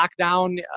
lockdown